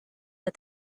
but